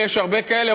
ויש הרבה כאלה.